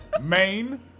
main